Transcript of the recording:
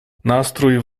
nastrój